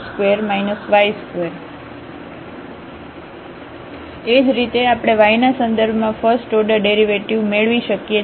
fxxy2xe x2 4y24 4x2 y2 એ જ રીતે આપણે y ના સંદર્ભમાં ફર્સ્ટ ઓર્ડર ડેરિવેટિવ મેળવી શકીએ છીએ